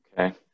Okay